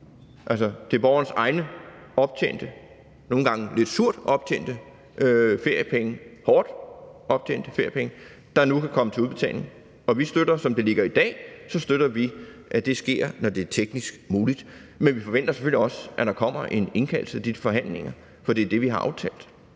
Altså, det er borgernes egne optjente penge – nogle gange lidt surt optjente feriepenge, hårdt optjente feriepenge – der nu kan komme til udbetaling. Som det ligger i dag, støtter vi, at det sker, når det er teknisk muligt, men vi forventer selvfølgelig også, at der kommer en indkaldelse til de forhandlinger, for det er det, vi har aftalt.